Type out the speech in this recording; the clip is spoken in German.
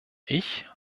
ich